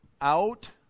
out